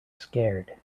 scared